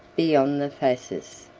beyond the phasis.